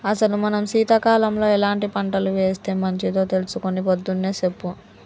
అసలు మనం సీతకాలంలో ఎలాంటి పంటలు ఏస్తే మంచిదో తెలుసుకొని పొద్దున్నే సెప్పు